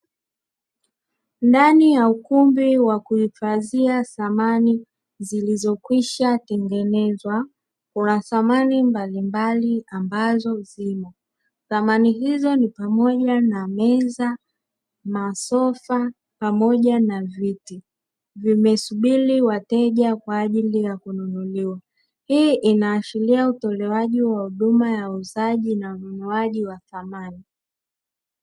Ndani ya ukumbi wa kuhifadhia samani zilizokwisha tengenezwa, kuna samani za aina mbalimbali ambazo zimo, samani hizo Ni pamoja na meza, masofa pamoja na viti vimesubiri wateja kwaajili ya kununuliwa. Hii inaashiria utolewaji wa huduma ya uuzaji na ununuaji wasamani.